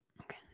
Okay